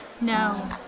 No